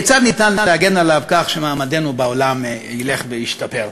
כיצד אפשר להגן עליו כך שמעמדנו בעולם ילך וישתפר?